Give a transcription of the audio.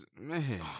man